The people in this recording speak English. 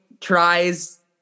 tries